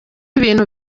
ibintu